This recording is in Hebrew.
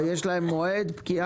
יש להן מועד פקיעה?